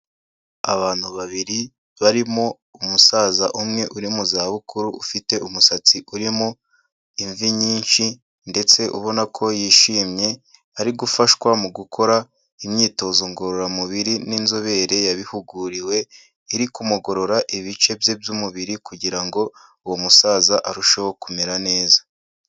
Abantu babiri barimo umusaza umwe uri mu zabukuru ufite umusatsi urimo, imvi nyinshi ndetse ubona ko yishimye ari gufashwa mu gukora imyitozo ngororamubiri n'inzobere yabihuguriwe iri kumugorora ibice bye by'umubiri kugira ngo uwo musaza arusheho kumera neza.